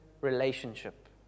relationship